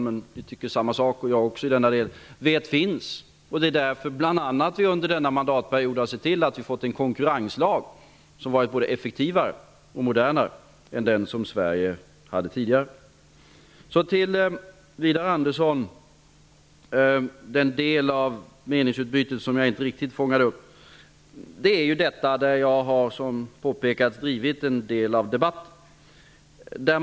Det är bl.a. därför som vi under denna mandatperiod har sett till att vi har fått en konkurrenslag som är både effektivare och modernare än den som Sverige hade tidigare. Så till den del av meningsutbytet med Widar Andersson som jag inte riktigt fångade upp. Jag har som påpekats drivit en del av debatten här.